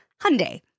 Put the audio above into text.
Hyundai